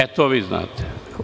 E, to vi znate.